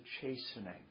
chastening